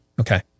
Okay